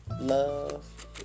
love